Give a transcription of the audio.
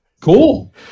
Cool